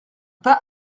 pas